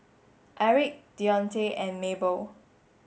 Erick Dionte and Mabel